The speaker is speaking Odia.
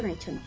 ଜଣାଇଛନ୍ତି